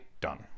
done